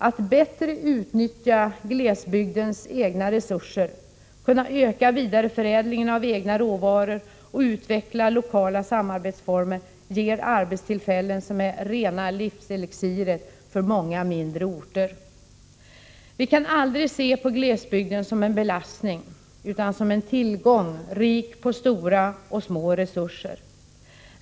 Att bättre utnyttja glesbygdens egna resurser, att kunna öka vidareförädlingen av egna råvaror och utveckla lokala samarbetsformer, ger arbetstillfällen som är rena livselixiret för många mindre orter. Vi kan aldrig se på glesbygden som en belastning utan som en tillgång, rik på stora och små resurser.